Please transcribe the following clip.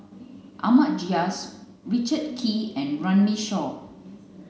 Ahmad Jais Richard Kee and Runme Shaw